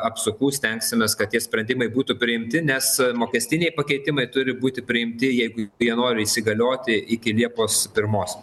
apsukų stengsimės kad tie sprendimai būtų priimti nes mokestiniai pakeitimai turi būti priimti jeigu jie nori įsigalioti iki liepos pirmos